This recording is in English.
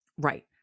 Right